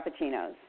frappuccinos